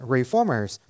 Reformers